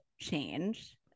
change